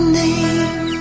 name